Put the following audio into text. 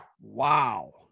Wow